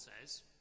says